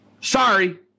Sorry